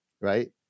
right